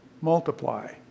multiply